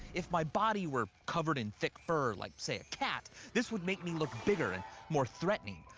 if my body were covered in thick fur like, say a cat, this would make me look bigger and more threatening.